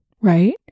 right